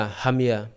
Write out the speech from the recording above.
hamia